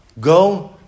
Go